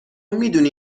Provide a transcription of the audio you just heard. میدونی